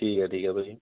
ਠੀਕ ਆ ਠੀਕ ਆ ਭਾਅ ਜੀ